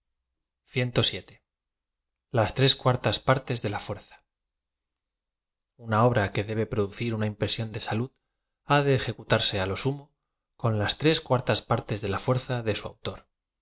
r es cuartas partes de la fuerza una obra que debe producir una impresión de salud ha de ejecutarse á lo sumo con las tres cuartas p ar tes de la fuerza de su autor